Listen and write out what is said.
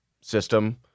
system